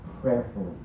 prayerfully